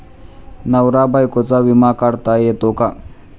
नवरा बायकोचा विमा काढता येतो का?